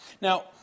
Now